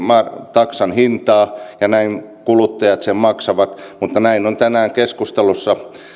taksan hintaa ja näin kuluttajat sen maksavat mutta näin on tänään keskustelussa